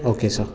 okay sir